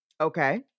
Okay